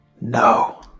No